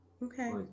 okay